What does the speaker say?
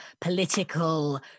political